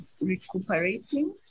recuperating